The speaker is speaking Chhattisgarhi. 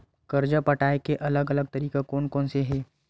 कर्जा पटाये के अलग अलग तरीका कोन कोन से हे?